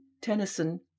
Tennyson